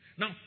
Now